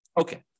Okay